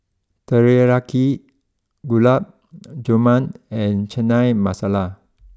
Teriyaki Gulab Jamun and Chana Masala